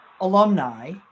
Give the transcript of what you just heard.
alumni